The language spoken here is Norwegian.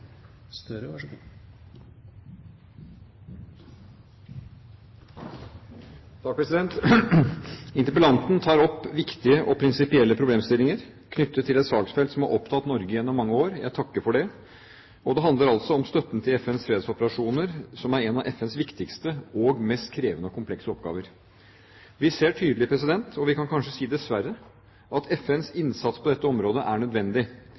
Interpellanten tar opp viktige og prinsipielle problemstillinger knyttet til et saksfelt som har opptatt Norge gjennom mange år. Jeg takker for det. Det handler altså om støtten til FNs fredsoperasjoner, som er en av FNs viktigste og mest krevende og komplekse oppgaver. Vi ser tydelig – og vi kan kanskje si dessverre – at FNs innsats på dette området er nødvendig.